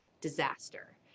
disaster